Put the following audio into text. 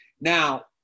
now